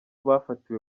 bafatiwe